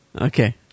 Okay